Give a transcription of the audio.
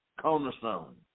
cornerstone